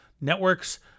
Networks